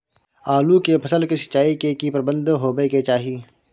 आलू के फसल के सिंचाई के की प्रबंध होबय के चाही?